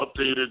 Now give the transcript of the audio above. updated